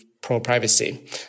pro-privacy